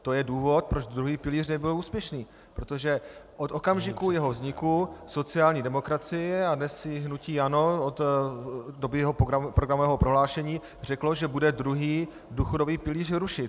To je důvod, proč druhý pilíř nebyl úspěšný, protože od okamžiku jeho vzniku sociální demokracie a dnes již hnutí ANO od doby jeho programového prohlášení řeklo, že bude druhý důchodový pilíř rušit.